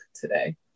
today